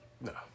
No